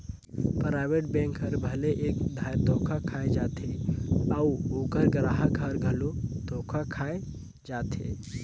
private bank हर भले एक धाएर धोखा खाए जाथे अउ ओकर गराहक हर घलो धोखा खाए जाथे